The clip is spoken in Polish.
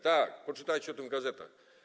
Tak, poczytajcie o tym w gazetach.